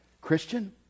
Christian